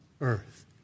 earth